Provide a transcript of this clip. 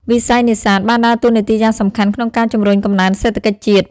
វិស័យនេសាទបានដើរតួនាទីយ៉ាងសំខាន់ក្នុងការជំរុញកំណើនសេដ្ឋកិច្ចជាតិ។